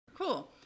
cool